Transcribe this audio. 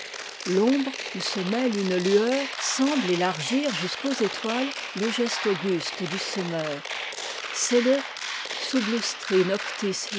l'ombre où se mêle une lueur semble élargir jusqu'aux étoiles le geste auguste du semeur c'est le